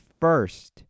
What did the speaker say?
first